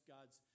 God's